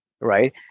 right